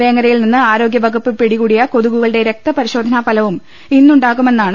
വേങ്ങര യിൽനിന്ന് ആരോഗ്യവകുപ്പ് പിടികൂടിയ കൊതുകുകളുടെ രക്ത പരിശോ ധനാഫലവും ഇന്നുണ്ടാകുമെന്നാണ് സൂചന